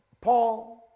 Paul